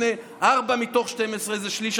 כי ארבעה מתוך 12 זה שליש,